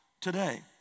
today